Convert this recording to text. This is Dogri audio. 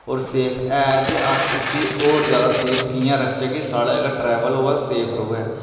होर सेफ ऐ ते अस उसी होर ज्यादा सेफ कि'यां रक्खचै कि साढ़ा जेह्का ट्रैवल होऐ सेफ रोऐ